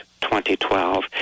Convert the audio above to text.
2012